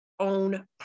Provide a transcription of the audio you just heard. own